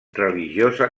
religiosa